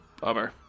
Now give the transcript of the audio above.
bummer